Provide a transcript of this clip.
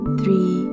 three